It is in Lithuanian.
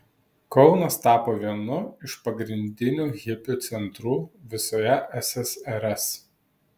kaunas tapo vienu iš pagrindinių hipių centrų visoje ssrs